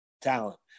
talent